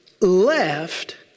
left